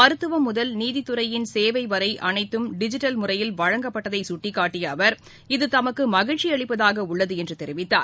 மருத்துவம் முதல் நீதித்துறையின் சேவை அனைத்தும் டிஜிட்டல் முறையில் வழங்கப்பட்டதை சுட்டிக்காட்டிய அவர் இது தமக்கு மகிழ்ச்சியளிப்பதாக உள்ளது என்று தெரிவித்தார்